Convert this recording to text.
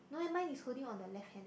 no leh mine is holding on the left hand